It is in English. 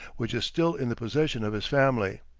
which is still in the possession of his family.